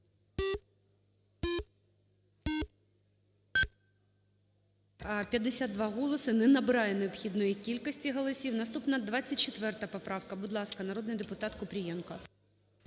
52 голоси, не набирає необхідної кількості голосів. Наступна 24 поправка. Будь ласка, народний депутатКупрієнко.